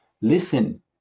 listen